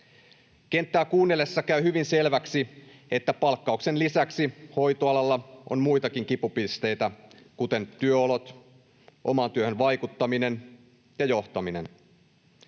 Kenttää kuunnellessa käy hyvin selväksi, että palkkauksen lisäksi hoitoalalla on muitakin kipupisteitä, kuten työolot, omaan työhön vaikuttaminen ja johtaminen.